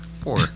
Poor